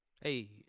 Hey